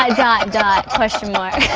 dot, dot, dot, question mark.